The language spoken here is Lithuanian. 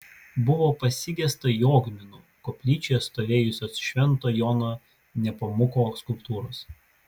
buvo pasigesta jogminų koplyčioje stovėjusios švento jono nepomuko skulptūros